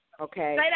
Okay